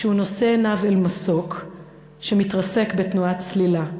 כשהוא נושא עיניו אל מסוק שמתרסק בתנועת צלילה.